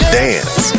dance